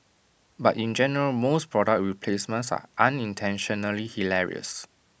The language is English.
but in general most product we placements are unintentionally hilarious